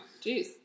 jeez